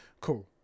Cool